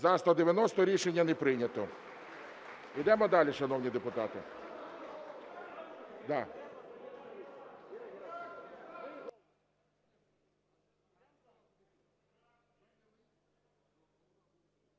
За-190 Рішення не прийнято. Йдемо далі, шановні депутати.